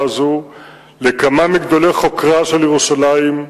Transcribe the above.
הזאת לכמה מגדולי חוקריה של ירושלים,